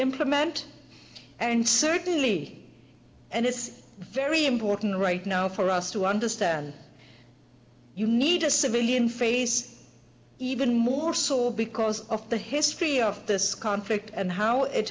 implement and certainly and it's very important right now for us to understand you need a civilian face even more so because of the history of this conflict and how it